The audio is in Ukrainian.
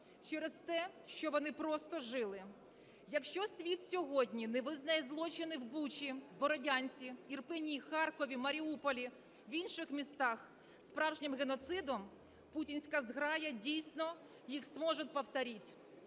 через те, що вони просто жили. Якщо світ сьогодні не визнає злочини в Бучі, Бородянці, Ірпені, Харкові, Маріуполі, в інших містах справжнім геноцидом, путінська зграя дійсно їх зможе повторити